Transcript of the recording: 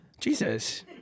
Jesus